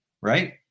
right